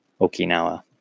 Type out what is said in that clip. Okinawa